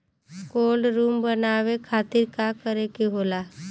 Cold room बनावे खातिर का करे के होला?